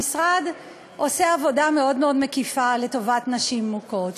המשרד עושה עבודה מאוד מאוד מקיפה לטובת נשים מוכות.